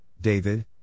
David